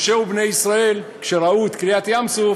משה ובני ישראל, כשראו את קריעת ים-סוף,